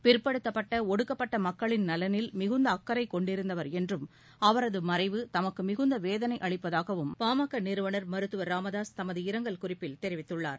பிற்படுத்தப்பட்ட ஒடுக்கப்பட்ட மக்களின் நலனில் மிகுந்த அக்கறை கொண்டிருந்தவர் என்றும் அவரது மறைவு தமக்கு மிகுந்த வேதளை அளிப்பதாகவும் மருத்துவர் ராமதாஸ் தமது இரங்கல் குறிப்பில் தெரிவித்துள்ளார்